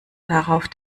darauf